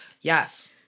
Yes